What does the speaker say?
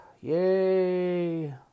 Yay